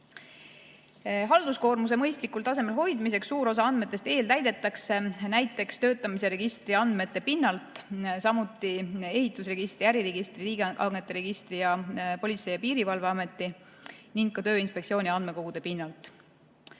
Halduskoormuse mõistlikul tasemel hoidmiseks suur osa andmetest eeltäidetakse näiteks töötamise registri andmete pinnalt, samuti ehitusregistri, äriregistri, riigihangete registri ning Politsei‑ ja Piirivalveameti ning Tööinspektsiooni andmekogude pinnalt.